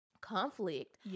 conflict